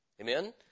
Amen